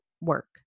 work